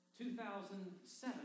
2007